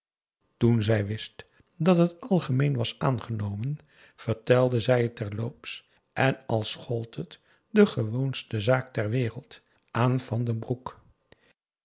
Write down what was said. toen zij wist dat het algemeen was aangenomen vertelde zij het terloops en als gold het de gewoonste zaak ter wereld aan van den broek